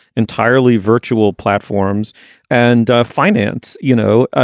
entirely virtual platforms and finance you know, ah